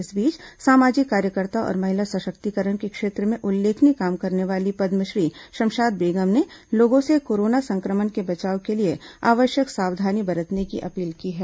इस बीच सामाजिक कार्यकर्ता और महिला सशक्तिकरण के क्षेत्र में उल्लेखनीय काम करने वाली पद्मश्री शमशाद बेगम ने लोगों से कोरोना संक्रमण से बचाव के लिए आवश्यक सावधानी बरतने की अपील की है